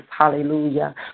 Hallelujah